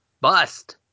bust